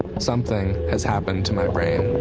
something has happened to my brain.